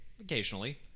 Occasionally